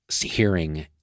hearing